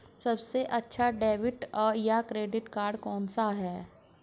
सबसे अच्छा डेबिट या क्रेडिट कार्ड कौन सा है?